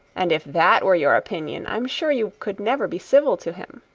and if that were your opinion, i am sure you could never be civil to him.